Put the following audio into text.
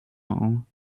all